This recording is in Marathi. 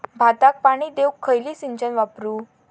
भाताक पाणी देऊक खयली सिंचन वापरू?